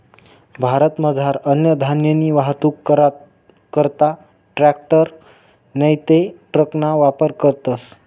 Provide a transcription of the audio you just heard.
भारतमझार अन्नधान्यनी वाहतूक करा करता ट्रॅकटर नैते ट्रकना वापर करतस